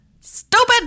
stupid